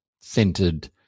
centered